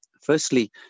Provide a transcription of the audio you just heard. Firstly